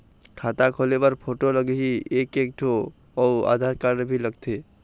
खाता खोले बर फोटो लगही एक एक ठो अउ आधार कारड भी लगथे?